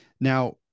Now